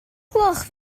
gloch